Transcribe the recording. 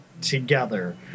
Together